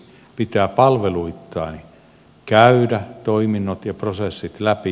pitää palveluittain käydä toiminnot ja prosessit läpi